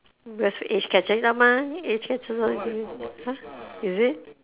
because age catch you up mah age catch you !huh! is it